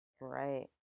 Right